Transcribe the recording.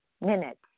minutes